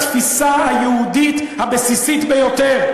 בשם התפיסה היהודית הבסיסית ביותר.